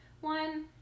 one